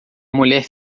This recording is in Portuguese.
mulher